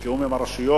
בתיאום עם הרשויות,